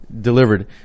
delivered